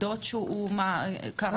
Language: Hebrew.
מתי זה קרה?